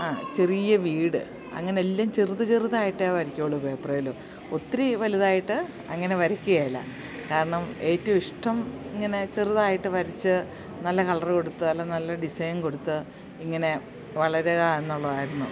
ആ ചെറിയ വീട് അങ്ങനെയെല്ലാം ചെറുത് ചെറുതായിട്ടേ വരക്കുകയുള്ളൂ പേപ്പറിൽ ഒത്തിരി വലുതായിട്ട് അങ്ങനെ വരക്കുകയില്ല കാരണം ഏറ്റവുമിഷ്ടം ഇങ്ങനെ ചെറുതായിട്ട് വരച്ച് നല്ല കളർ കൊടുത്ത് അല്ല നല്ല ഡിസൈൻ കൊടുത്ത് ഇങ്ങനെ വളരുക എന്നുള്ളതായിരുന്നു